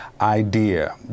idea